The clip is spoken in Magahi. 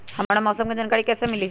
हमरा मौसम के जानकारी कैसी मिली?